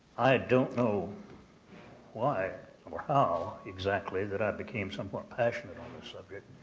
i don't know why or how exactly that i became somewhat passionate on this subject.